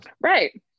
Right